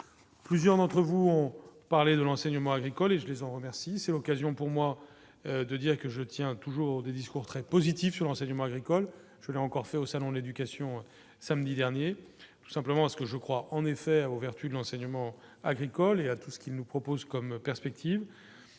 Plusieurs d'entre vous ont parlé de l'enseignement agricole et je les en remercie, c'est l'occasion pour moi de dire que je tiens toujours des discours très positifs sur l'enseignement agricole, je l'ai encore fait au salon de l'éducation, samedi dernier tout simplement à ce que je crois en effet aux vertus de l'enseignement agricole et à tout ce qu'il nous propose comme perspective,